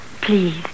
please